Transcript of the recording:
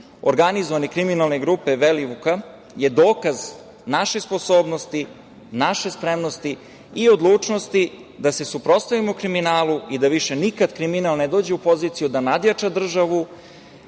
organizovane kriminalne grupe Belivuka je dokaz naše sposobnosti, naše spremnosti i odlučnosti da se suprotstavimo kriminalu i da više nikad kriminal ne dođe u poziciju da nadjača državu,